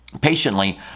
patiently